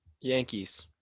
Yankees